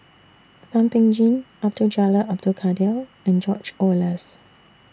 Thum Ping Tjin Abdul Jalil Abdul Kadir and George Oehlers